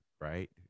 right